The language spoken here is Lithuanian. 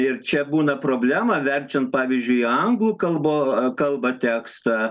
ir čia būna problema verčiant pavyzdžiui į anglų kalbo kalbą tekstą